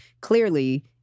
clearly